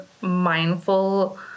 mindful